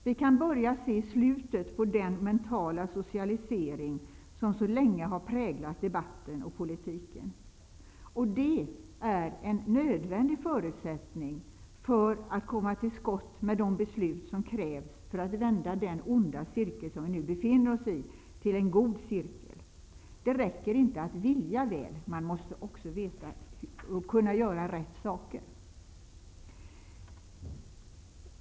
Vi kan börja se slutet på den mentala socialisering som så länge har präglat debatten och politiken. Det är en nödvändig förutsättning för att komma till skott med de beslut som krävs för att vända den onda cirkel som vi befinner oss i till en god cirekl. Det räcker inte att vilja väl. Man måste också kunna göra rätt.